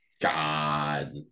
God